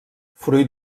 fruit